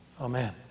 amen